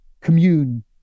commune